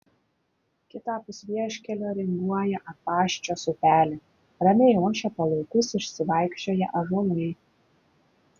kitapus vieškelio ringuoja apaščios upelė ramiai ošia po laukus išsivaikščioję ąžuolai